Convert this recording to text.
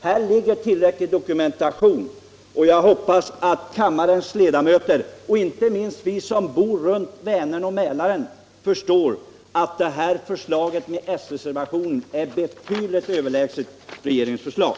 Här finns tillräcklig dokumentation och jag hoppas att kammarens ledamöter, inte minst de som bor runt Vänern och Mälaren, förstår att förslaget i s-reservationen är betydligt överlägset regeringens förslag.